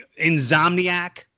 Insomniac